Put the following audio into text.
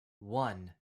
one